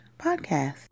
Podcast